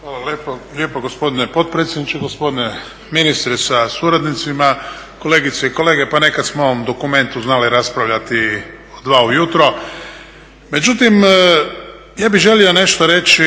Hvala lijepo gospodine potpredsjedniče, gospodine ministre sa suradnicima, kolegice i kolege. Pa nekad smo o ovom dokumentu znali raspravljati i do 2 ujutro, međutim ja bih želio nešto reći